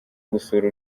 gusura